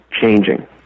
changing